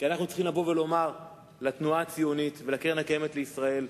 כי אנחנו צריכים לבוא ולומר לתנועה הציונית ולקרן קיימת לישראל: